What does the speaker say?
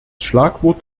schlagwort